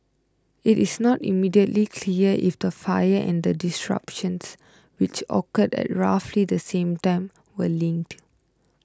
it is not immediately clear if the fire and the disruption which occurred at roughly the same time were linked